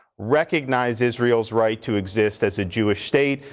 recognize israel's right to exist as a jewish state.